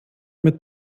mit